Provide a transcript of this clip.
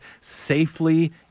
safely